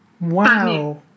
wow